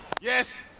Yes